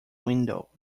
window